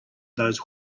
those